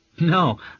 No